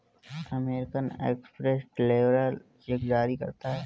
American Express travellers cheque जारी करता है